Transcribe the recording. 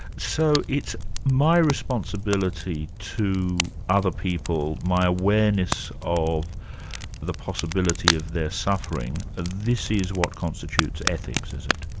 so it's my responsibility to other people, my awareness of the possibility of their suffering, ah this is what constitutes ethics, is it?